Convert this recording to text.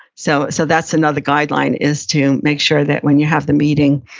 so so that's another guideline is to make sure that when you have the meeting,